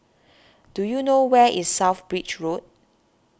do you know where is South Bridge Road